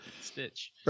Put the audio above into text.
Stitch